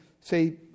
say